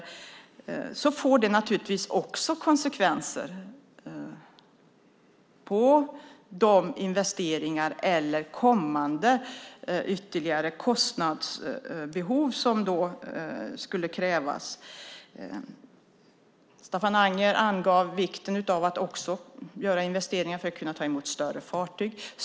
Det får naturligtvis också konsekvenser på de investeringar eller kommande ytterligare kostnader som skulle krävas. Staffan Anger angav vikten av att det också görs investeringar för att man ska kunna ta emot större fartyg.